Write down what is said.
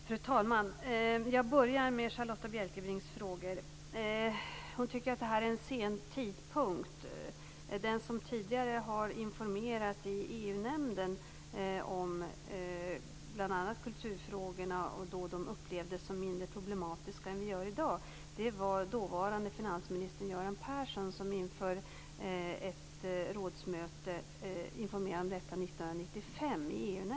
Fru talman! Jag börjar med Charlotta Bjälkebrings frågor. Hon tycker att det här är en sen tidpunkt. Den som tidigare informerade EU-nämnden om bl.a. kulturfrågorna, som då upplevdes som mindre problematiska än i dag, var dåvarande finansminister Göran Persson. Han informerade EU-nämnden om detta inför ett rådsmöte 1995.